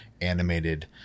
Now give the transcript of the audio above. animated